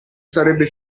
sarebbe